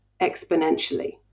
exponentially